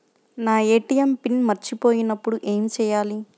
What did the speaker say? నా ATM PIN మర్చిపోయినప్పుడు ఏమి చేయాలి?